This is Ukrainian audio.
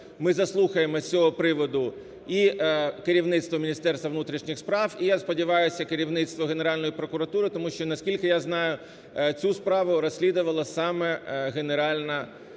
ми заслухаємо з цього приводу і керівництво Міністерство внутрішніх справ, і, я сподіваюся, керівництво Генеральної прокуратури, тому що, наскільки я знаю, цю справу розслідувала саме Генеральна прокуратура.